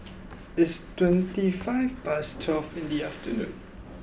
its twenty five past twelve in the afternoon